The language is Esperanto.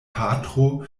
patro